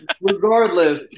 regardless